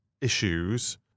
issues